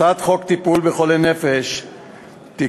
הצעת חוק טיפול בחולי נפש (תיקון,